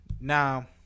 Now